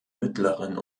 mittleren